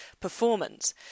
performance